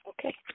Okay